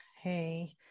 Hey